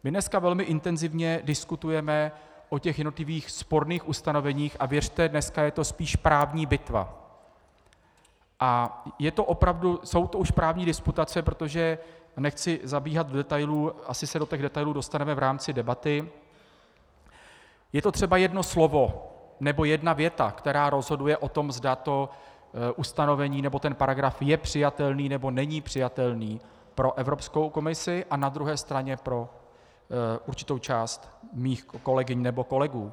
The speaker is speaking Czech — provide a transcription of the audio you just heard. My dneska velmi intenzivně diskutujeme o těch jednotlivých sporných ustanoveních a věřte, dneska je to spíš právní bitva a jsou to opravdu už právní disputace, protože nechci zabíhat do detailů, asi se do těch detailů dostaneme v rámci debaty je to třeba jedno slovo nebo jedna věta, která rozhoduje o tom, zda to ustanovení nebo ten paragraf je přijatelný nebo není přijatelný pro Evropskou komisi a na druhé straně pro určitou část mých kolegyň nebo kolegů.